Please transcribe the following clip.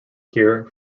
here